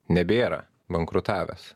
nebėra bankrutavęs